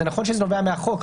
זה נכון שזה נובע מהחוק,